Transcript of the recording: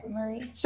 Marie